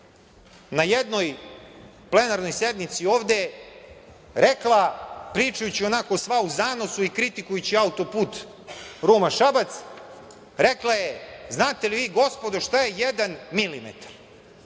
na jednoj plenarnoj sednici ovde rekla, pričajući onako sva u zanosu i kritikujući autoput Ruma-Šabac, rekla je - znate li vi gospodo šta je jedan milimetar